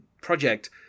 project